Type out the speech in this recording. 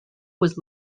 was